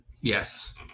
Yes